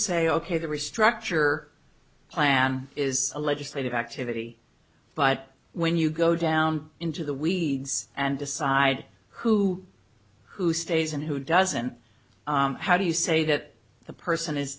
say ok the restructure plan is a legislative activity but when you go down into the weeds and decide who who stays and who doesn't how do you say that the person is